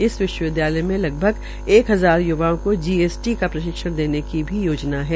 इस विश्वविद्यालय में लगभग एक हजार य्वाओं को जीएसटी का प्रशिक्षण देने की भी योजना है